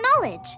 knowledge